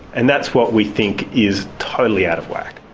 and that's what we think is totally out of whack.